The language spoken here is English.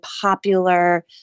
popular